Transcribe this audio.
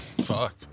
Fuck